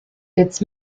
its